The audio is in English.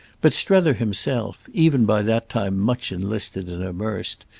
but strether himself, even by that time much enlisted and immersed,